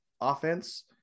offense